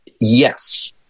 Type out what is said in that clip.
Yes